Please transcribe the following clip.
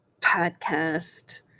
podcast